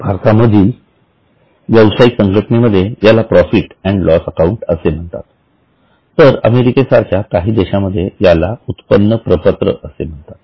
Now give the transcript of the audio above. भारतामधील व्यवसायिक संघटनेमध्ये याला प्रॉफिट अँड लॉस अकाउंट असे म्हणतात तर अमेरिके सारख्या काही देशांमध्ये याला उत्पन्न प्रपत्र असे म्हणतात